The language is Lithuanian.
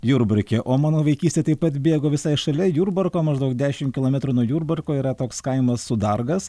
jurbarke o mano vaikystė taip pat bėgo visai šalia jurbarko maždaug dešim kilometrų nuo jurbarko yra toks kaimas sudargas